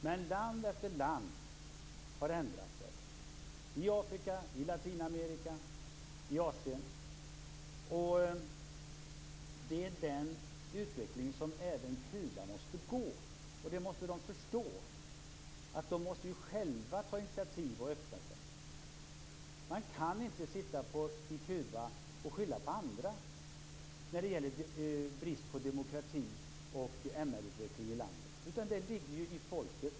Men land efter land har ändrat sig, i Afrika, i Latinamerika och i Asien. Det är den utvecklingsvägen som även Kuba måste gå. Det måste de förstå. De måste själva ta initiativ och öppna sig. Man kan inte sitta i Kuba och skylla på andra när det gäller brist på demokrati och MR-utveckling i landet. Det ligger hos folket.